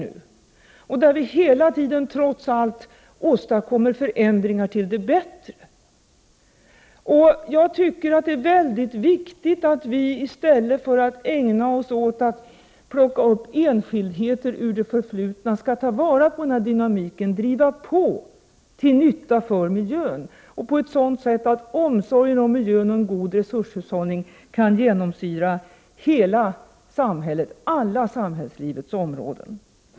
Trots allt åstadkommer vi ju hela tiden förändringar som är till det bättre. Jag tycker att det är väldigt viktigt att vi, i stället för att ägna oss åt enskildheter i det förflutna, tar vara på den här dynamiken och driver på, till nytta för miljön. Vi skall göra det på ett sådant sätt att omsorgen om miljön och en god resurshushållning kan genomsyra hela samhället, alla samhällslivets områden.